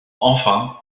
enfin